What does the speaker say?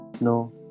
No